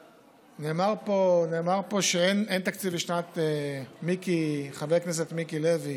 נאמר פה שאין תקציב, חבר הכנסת מיקי לוי